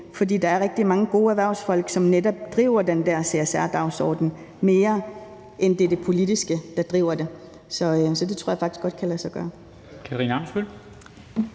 For der er rigtig mange gode erhvervsfolk, som netop driver den der CSR-dagsorden, mere end det er det politiske, der driver det. Så det tror jeg faktisk godt kan lade sig gøre.